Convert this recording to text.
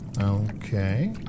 Okay